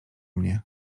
mnie